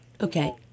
Okay